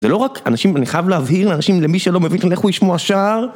זה לא רק אנשים, אני חייב להבהיר לאנשים, למי שלא מבין כאן איך הוא ישמעו שער.